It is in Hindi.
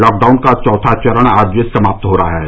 लॉकडाउन का चौथा चरण आज समाप्त हो रहा है